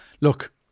Look